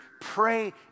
pray